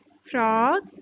frog